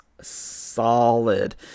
solid